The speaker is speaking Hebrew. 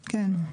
כן.